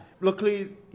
Luckily